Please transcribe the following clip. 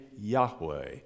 Yahweh